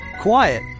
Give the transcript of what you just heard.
quiet